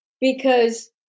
Because-